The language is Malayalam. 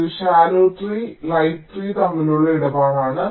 ഇത് ശാലോ ട്രീ ലൈറ്റ് ട്രീ തമ്മിലുള്ള ഇടപാടാണ്